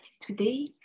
Today